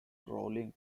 rolling